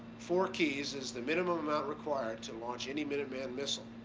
four keys is the minimum amount required to launch any minuteman missile.